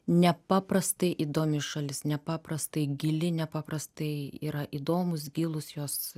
nepaprastai įdomi šalis nepaprastai gili nepaprastai yra įdomūs gilūs jos